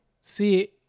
see